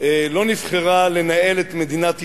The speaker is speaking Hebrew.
לא נבחרה לנהל את מדינת ישראל.